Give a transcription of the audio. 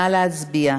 נא להצביע.